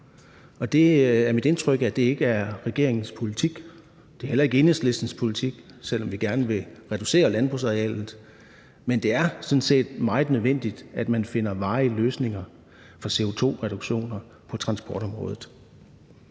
og det er mit indtryk, at det ikke er regeringens politik. Det er heller ikke Enhedslistens politik, selv om vi gerne vil reducere landbrugsarealet. Men det er sådan set meget nødvendigt, at man finder varige løsninger for CO2-reduktioner på transportområdet.